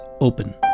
open